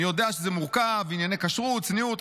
אני יודע שזה מורכב עם ענייני הכשרות והצניעות,